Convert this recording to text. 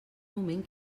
moment